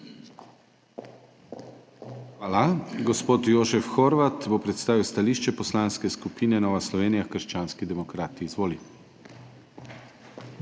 Hvala. Gospod Jožef Horvat bo predstavil stališče Poslanske skupine Nova Slovenija – krščanski demokrati. Izvoli.